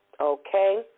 okay